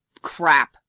crap